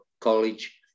college